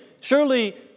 surely